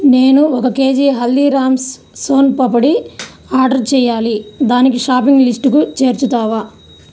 నేను ఒక K G Haldiram's soan papdi order చేయాలి దానికి షాపింగ్ లిస్టుకి చేర్చుతావా